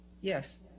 Yes